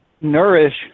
nourish